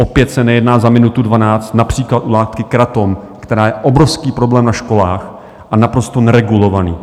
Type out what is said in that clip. Opět se nejedná za minutu dvanáct, například u látky kratom, která je obrovský problém na školách, a naprosto neregulovaný.